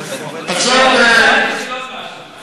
אני נשארתי בשביל עוד משהו.